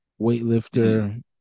weightlifter